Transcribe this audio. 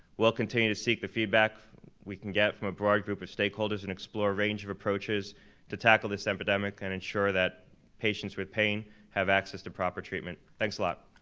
we'll continue to seek the feedback we can get from a broad group of stakeholders and explore a range of approaches to tackle this epidemic and ensure that patients with pain have access to proper treatment. thanks a lot.